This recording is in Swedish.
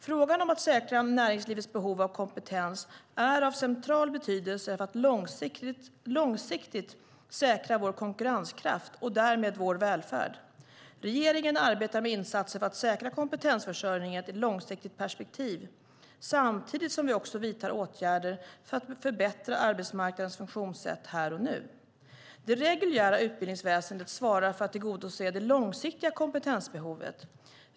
Frågan om att säkra näringslivets behov av kompetens är av central betydelse för att långsiktigt säkra vår konkurrenskraft och därmed vår välfärd. Regeringen arbetar med insatser för att säkra kompetensförsörjningen i ett långsiktigt perspektiv samtidigt som vi vidtar åtgärder för att förbättra arbetsmarknadens funktionssätt här och nu. Det reguljära utbildningsväsendet svarar för att tillgodose det långsiktiga kompetensbehovet.